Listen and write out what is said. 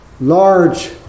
Large